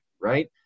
right